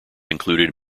included